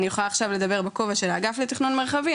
אני יכולה עכשיו לדבר בכובע של האגף לתכנון מרחבי,